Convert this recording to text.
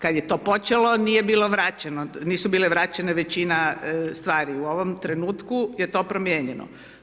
Kad je to počelo, nije bilo vraćeno, nisu bile vraćene većina stvari, u ovom trenutku je to promijenjeno.